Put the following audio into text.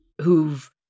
who've